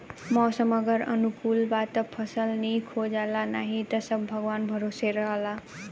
मौसम अगर अनुकूल बा त फसल निक हो जाला नाही त सब भगवान भरोसे रहेला